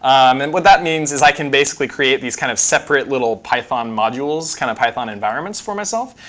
um and what that means is i can basically create these kind of separate little python modules, kind of python environments for myself.